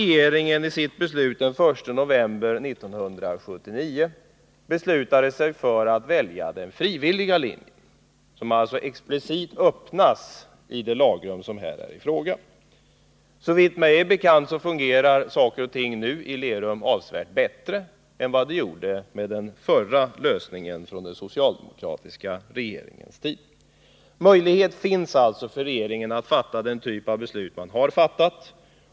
Genom sitt beslut den I november 1979 bestämde sig regeringen för att välja den frivilliga linjen, som alltså explicit öppnas i förarbetena till det lagrum som här är i fråga. Såvitt mig är bekant fungerar nu taxiverksamheten i Lerum avsevärt bättre än med den lösning som tillämpades på den socialdemokratiska regeringens tid. Möjlighet finns alltså för regeringen att fatta den typ av beslut som har fattats.